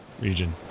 region